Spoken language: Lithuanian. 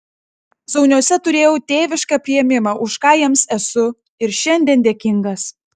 zauniuose turėjau tėvišką priėmimą už ką jiems esu ir šiandien dėkingas